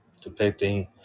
Depicting